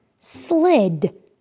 slid